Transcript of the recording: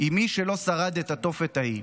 עם מי שלא שרד את התופת ההיא.